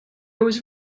was